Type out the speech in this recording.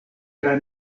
tra